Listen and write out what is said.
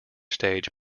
stage